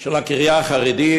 של הקריה החרדית,